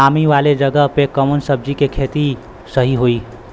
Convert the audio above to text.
नामी वाले जगह पे कवन सब्जी के खेती सही होई?